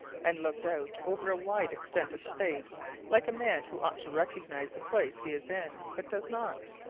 and looked out over a wide extent of space like a man who ought to recognize the place he is in, but does not.